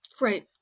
Right